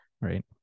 right